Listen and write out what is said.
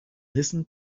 listen